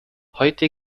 heute